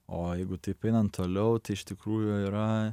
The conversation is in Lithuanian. o jeigu taip einant toliau tai iš tikrųjų yra